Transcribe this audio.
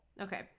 Okay